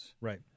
Right